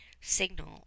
signal